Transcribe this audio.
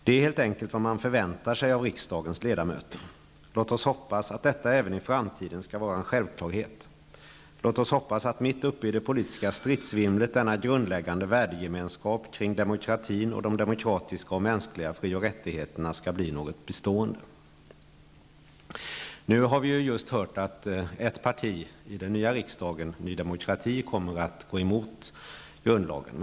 Det är helt enkelt vad man förväntar sig av riksdagens ledamöter. Låt oss hoppas att detta även i framtiden skall vara en självklarhet. Låt oss hoppas att, mitt uppe i det politiska stridsvimlet, denna grundläggande värdegemenskap kring demokratin och de demokratiska och mänskliga frioch rättigheterna skall bli något bestående.'' Nu har vi just hört att ett parti i den nya riksdagen, Ny Demokrati, kommer att motsätta sig den nya grundlagen.